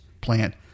plant